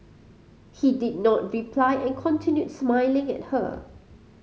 he did not reply and continued smiling at her